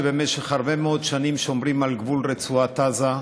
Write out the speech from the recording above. שבמשך הרבה מאוד שנים שומרים על גבול רצועת עזה,